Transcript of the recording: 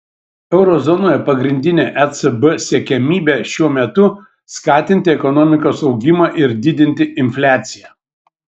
euro zonoje pagrindinė ecb siekiamybė šiuo metu skatinti ekonomikos augimą ir didinti infliaciją